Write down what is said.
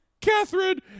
Catherine